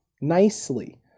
nicely